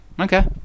okay